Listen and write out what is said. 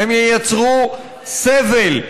הן ייצרו סבל,